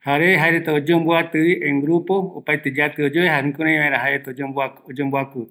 jaereta oyomboatɨvi jukuraï omee vaera oyoupe araku